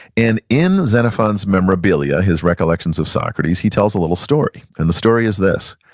and in xenophon's memorabilia, his recollections of socrates, he tells a little story, and the story is this.